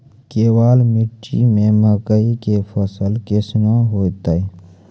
केवाल मिट्टी मे मकई के फ़सल कैसनौ होईतै?